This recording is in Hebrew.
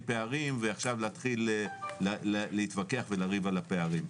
פערים ועכשיו להתחיל להתווכח ולריב על הפערים.